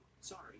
Sorry